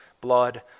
blood